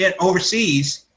overseas